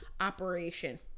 Operation